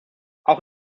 auch